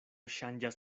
ŝanĝas